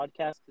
podcast